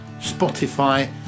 Spotify